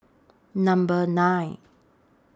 Number nine